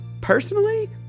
personally